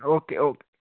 okay okay